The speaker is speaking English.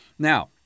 Now